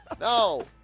No